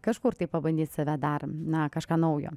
kažkur tai pabandyt save dar na kažką naujo